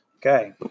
Okay